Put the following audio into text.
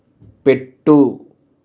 పెట్టు